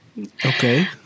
Okay